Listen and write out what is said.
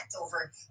over